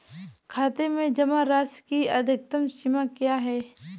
खाते में जमा राशि की अधिकतम सीमा क्या है?